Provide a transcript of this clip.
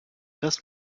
das